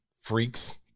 freaks